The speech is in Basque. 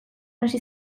hasi